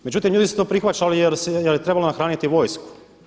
Međutim, ljudi su to prihvaćali jer je trebalo nahraniti vojsku.